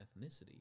ethnicity